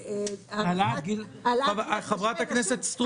--- העלאת גיל --- חברת הכנסת סטרוק.